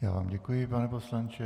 Já vám děkuji, pane poslanče.